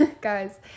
guys